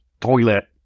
toilet